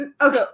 Okay